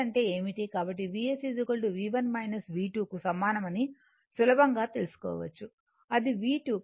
కాబట్టి Vs V1 V2 కు సమానమని సులభంగా తెలుసుకోవచ్చు అది V2